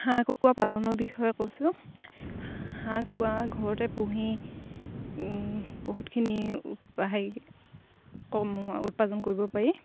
হাঁহ কুকুৰা পালনৰ বিষয়ে কৈছোঁ হাঁহ কুকুৰা ঘৰতে পুহি বহুতখিনি হেৰি উৎপাদন কৰিব পাৰি